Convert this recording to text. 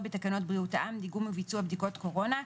בתקנות בריאות העם (דיגום וביצוע בדיקות קורונה).